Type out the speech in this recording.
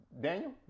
Daniel